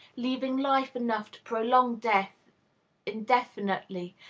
leaving life enough to prolong death indefinitely,